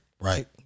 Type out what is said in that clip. Right